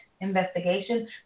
investigation